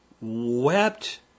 wept